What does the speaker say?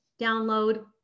download